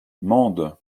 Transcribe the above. mende